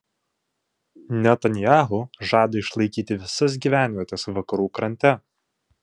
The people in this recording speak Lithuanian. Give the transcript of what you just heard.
netanyahu žada išlaikyti visas gyvenvietes vakarų krante